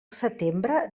setembre